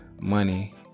money